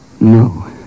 No